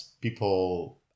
people